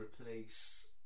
replace